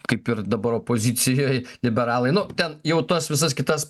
kaip ir dabar opozicijoj liberalai nu ten jau tas visas kitas